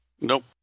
Nope